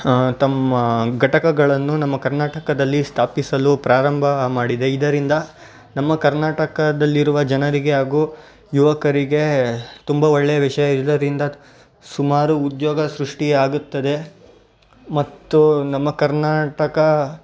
ತಮ್ಮ ಘಟಕಗಳನ್ನು ನಮ್ಮ ಕರ್ನಾಟಕದಲ್ಲಿ ಸ್ಥಾಪಿಸಲು ಪ್ರಾರಂಭ ಮಾಡಿದೆ ಇದರಿಂದ ನಮ್ಮ ಕರ್ನಾಟಕದಲ್ಲಿರುವ ಜನರಿಗೆ ಹಾಗೂ ಯುವಕರಿಗೆ ತುಂಬ ಒಳ್ಳೆಯ ವಿಷಯ ಇದರಿಂದ ಸುಮಾರು ಉದ್ಯೋಗ ಸೃಷ್ಟಿಯಾಗುತ್ತದೆ ಮತ್ತು ನಮ್ಮ ಕರ್ನಾಟಕ